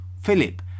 Philip